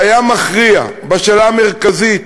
שהיה מכריע בשאלה המרכזית